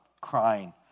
crying